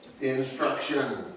instruction